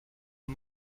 aux